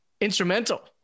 instrumental